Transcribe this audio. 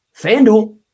FanDuel